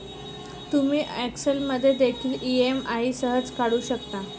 तुम्ही एक्सेल मध्ये देखील ई.एम.आई सहज काढू शकता